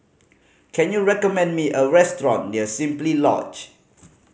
can you recommend me a restaurant near Simply Lodge